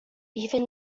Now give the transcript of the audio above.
even